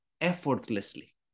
effortlessly